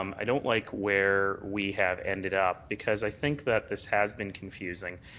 um i don't like where we have ended up because i think that this has been confusing.